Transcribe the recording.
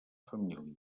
família